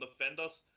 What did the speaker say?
defenders